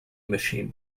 machine